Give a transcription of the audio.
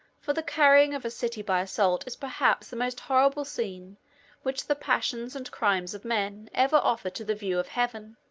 for the carrying of a city by assault is perhaps the most horrible scene which the passions and crimes of men ever offer to the view of heaven.